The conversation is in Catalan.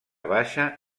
baixa